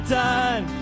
done